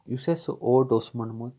یُس اَسہِ اوٹ اوس مونڑمُت